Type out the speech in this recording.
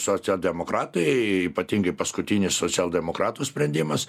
socialdemokratai ypatingai paskutinis socialdemokratų sprendimas